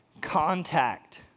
contact